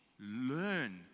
learn